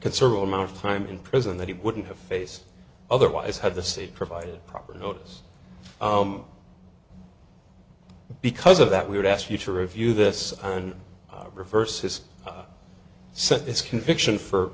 considerable amount of time in prison that he wouldn't have face otherwise had the state provided proper notice because of that we would ask you to review this and reverse his son his conviction for